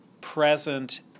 present